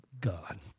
God